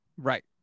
Right